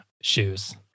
shoes